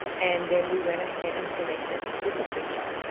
and then we went ahead and selected the schedule feature.